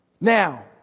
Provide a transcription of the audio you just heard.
Now